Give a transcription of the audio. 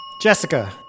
Jessica